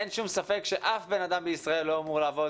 אין שום ספק שאף בן אדם בישראל לא אמור לעבוד,